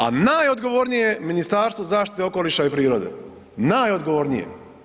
A najodgovornije je Ministarstvo zaštite okoliša i prirode, najodgovornije.